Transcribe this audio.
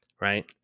right